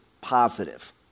positive